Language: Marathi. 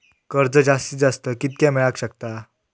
कर्ज जास्तीत जास्त कितक्या मेळाक शकता?